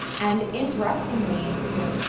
and interestingly, you know,